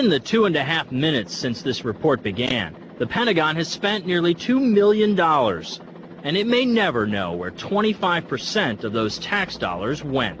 in the two and a half minutes since this report began the pentagon has spent nearly two million dollars and it may never know where twenty five percent of those tax dollars